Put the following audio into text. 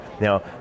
Now